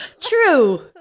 True